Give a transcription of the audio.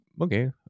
okay